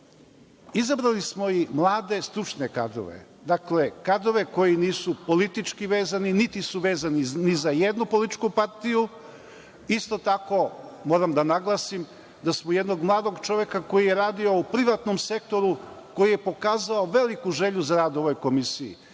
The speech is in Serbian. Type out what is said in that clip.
izabrali smo i mlade stručne kadrove, dakle, kadrove koji nisu politički vezani, niti su vezani ni za jednu političku partiju. Isto tako, moram da naglasim da smo jednog mladog čoveka koji je radio u privatnom sektoru, koji je pokazao veliku želju za rad u ovoj Komisiji,